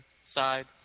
side